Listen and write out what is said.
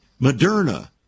Moderna